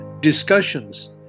discussions